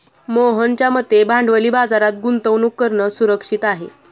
मोहनच्या मते भांडवली बाजारात गुंतवणूक करणं सुरक्षित आहे